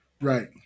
Right